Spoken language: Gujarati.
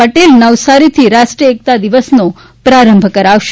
પટેલ નવસારીથી રાષ્ટ્રીય એકતા દિવસનો પ્રારંભ કરાવશે